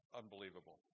unbelievable